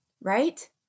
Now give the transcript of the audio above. right